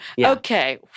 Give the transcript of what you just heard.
Okay